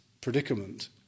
predicament